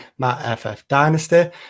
mattffdynasty